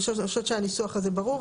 אני חושבת שהניסוח הזה ברור,